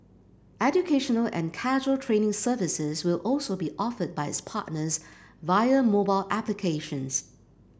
educational and casual trading services will also be offered by its partners via mobile applications